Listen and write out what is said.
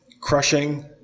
crushing